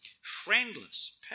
friendless